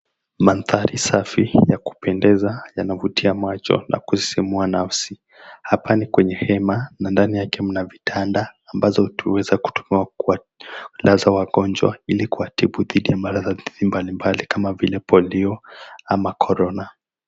Mandhari safi na ya kupendeza yanavutia macho na kusisimua nafsi, hapa ni kwenye hema na ndani yake mna vitanda ambazo hutumika kuwalaza wagonjwa ili kuwa tibu dhidi ya maradhi mbali mbali kama vile polio au korona.